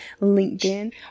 LinkedIn